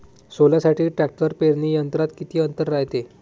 सोल्यासाठी ट्रॅक्टर पेरणी यंत्रात किती अंतर रायते?